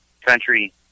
country